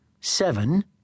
Seven